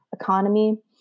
economy